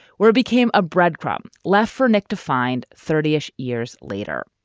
where became a breadcrumb left for nick to find thirty ish years later.